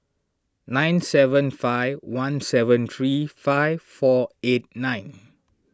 nine seven five one seven three five four eight nine